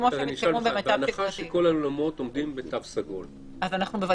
כמו שהם התקיימו ב- -- אז אני שואל: בהנחה שכל האולמות